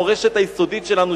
המורשת היסודית שלנו,